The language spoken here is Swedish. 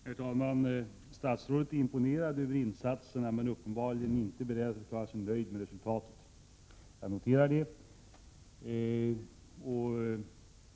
Herr talman! Statsrådet är imponerad av insatserna men uppenbarligen inte beredd att förklara sig nöjd med resultatet. Jag noterar det.